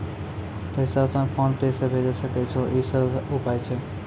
पैसा तोय PhonePe से भैजै सकै छौ? ई सरल उपाय छै?